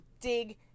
Dig